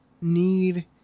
need